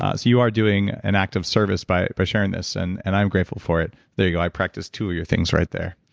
ah you are doing an act of service by by sharing this, and and i'm grateful for it. there you go, i practiced two of your things right there.